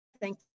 thank